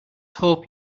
hope